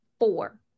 Four